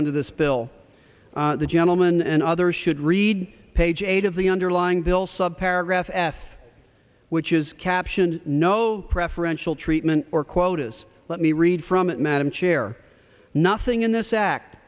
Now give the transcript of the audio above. under this bill the gentleman and others should read page eight of the underlying bill sub paragraph f which is captioned no preferential treatment or quotas let me read from it madam chair nothing in this act